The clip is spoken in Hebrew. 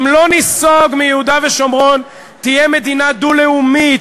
אם לא ניסוג מיהודה ושומרון תהיה מדינה דו-לאומית.